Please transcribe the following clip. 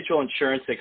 insurance